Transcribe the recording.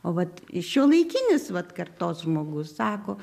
o vat šiuolaikinis vat kartos žmogus sako